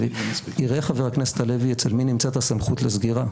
יראה חבר הכנסת הלוי אצל מי נמצאת הסמכות לסגירה.